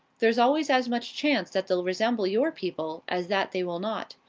there's always as much chance that they'll resemble your people as that they will not.